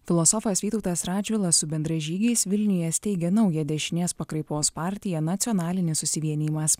filosofas vytautas radžvilas su bendražygiais vilniuje steigia naują dešinės pakraipos partiją nacionalinis susivienijimas